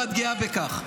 ואת גאה בכך.